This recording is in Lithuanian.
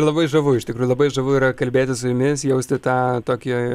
labai žavu iš tikrųjų labai žavu yra kalbėti su jumis jausti tą tokį